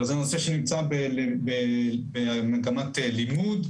זה נושא שנמצא במגמת לימוד.